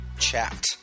Chat